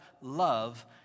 love